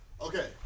Okay